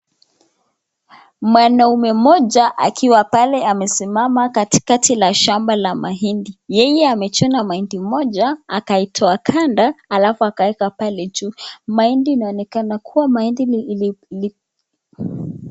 Mwanaume mmoja akiwa pale amesimama katikati la shamba la mahindi. Yeye amechuna mahindi moja akaitoa kando alfu akaiweka pale juu . Mahindi inaonekana kuwa mahindi nili..